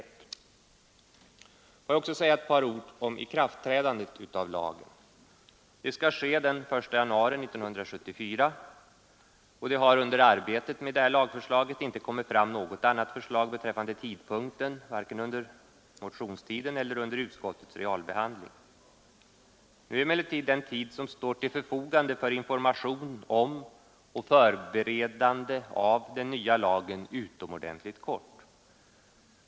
Jag vill också säga ett par ord om ikraftträdandet av lagen. Det skall ske den 1 januari 1974, och det har under arbetet med detta lagförslag inte kommit fram något annat förslag beträffande tidpunkten, vare sig under motionstiden eller under utskottets realbehandling. Nu är emellertid den tid som står till förfogande för information om och förberedande av den nya lagen utomordentligt kort.